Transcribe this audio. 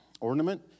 ornament